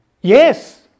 Yes